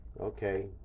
Okay